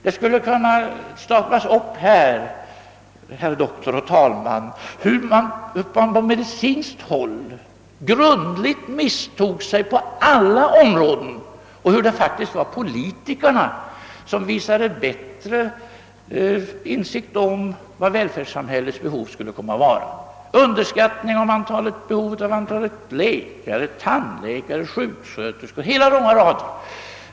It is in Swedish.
Det skulle kunna staplas upp här, herr doktor och talman, uppräkningar av hur man exempelvis på medicinskt håll grundligt misstog sig på olika områden och att det faktiskt var politikerna som visade den bättre insikten om vilka välfärdssamhällets behov skulle komma att vara; det visade sig att den medicinska expertisen underskattat behovet av läkare, av tandläkare, av sjuksköterskor etc., hela långa raden.